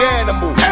animal